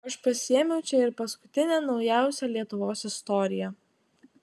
aš pasiėmiau čia ir paskutinę naujausią lietuvos istoriją